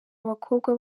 abakobwa